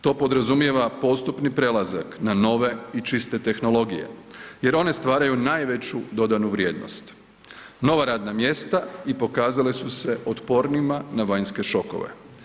To podrazumijeva postupni prelazak na nove i čiste tehnologije jer one stvaraju najveću dodanu vrijednost, nova radna mjesta i pokazala su se otpornima na vanjske šokove.